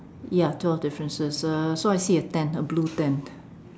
ya twelve differences uh so I see a tent a blue tent